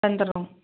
தந்துடறோம்